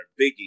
biggie